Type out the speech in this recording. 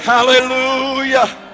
Hallelujah